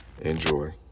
enjoy